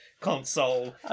console